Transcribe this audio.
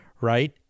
right